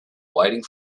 waiting